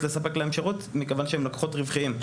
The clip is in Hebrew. לספק להם שירות מכיוון שהם לקוחות רווחיים.